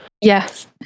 yes